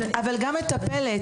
גם מטפלת,